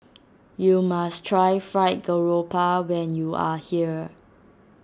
you must try Fried Garoupa when you are here